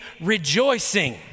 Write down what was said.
rejoicing